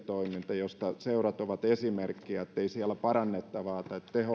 järjestötoiminnassa josta seurat ovat esimerkkejä olisi parannettavaa